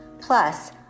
plus